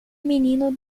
menino